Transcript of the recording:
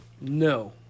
No